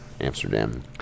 amsterdam